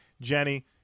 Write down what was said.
Jenny